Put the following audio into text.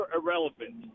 Irrelevant